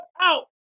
out